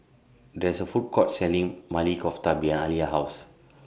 There IS A Food Court Selling Maili Kofta behind Aliya's House